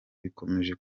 bikomeje